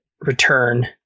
return